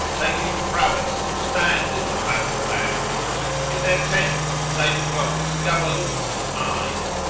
taketh prowess stand in the battle-van in their tents safe close gaberlunzie's eyne,